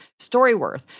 StoryWorth